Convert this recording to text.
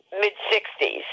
mid-60s